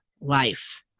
life